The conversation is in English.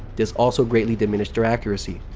this also greatly diminished their accuracy.